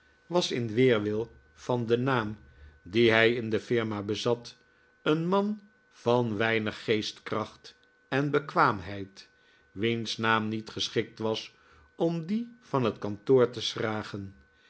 was in weerwil van den naam dien hij in de firma bezat een man van weinig geestkracht en bekwaamheid wiens naam niet geschikt was om dien van het kantoor te schragen